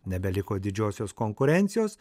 nebeliko didžiosios konkurencijos